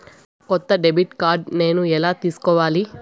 కొత్త debit card నేను ఎలా తీసుకోవాలి?